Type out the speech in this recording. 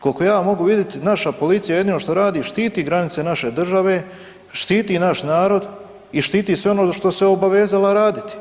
Kolko ja mogu vidjeti, naša policija jedino što radi, štiti granice naše države, štiti naš narod i štiti sve ono za što se obavezala raditi.